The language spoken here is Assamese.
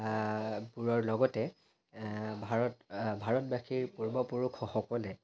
বোৰৰ লগতে ভাৰত ভাৰতবাসীৰ পূৰ্বপুৰুষসকলে